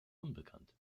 unbekannt